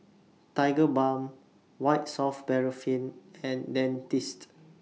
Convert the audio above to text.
Tigerbalm White Soft Paraffin and Dentiste